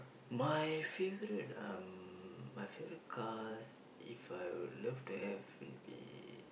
my favourite um my favourite cars if I would love to have will be